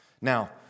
Now